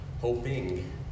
Hoping